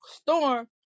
storm